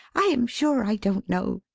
i am sure i don't know,